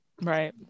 Right